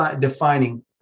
defining